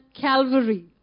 Calvary